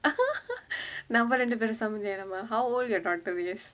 நம்ம ரெண்டு பேரு சம்மந்தி ஆகிடலாமா:namma rendu peru sammanthi aagidalaamaa how old your daughter years